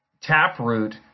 taproot